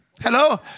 Hello